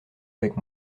avec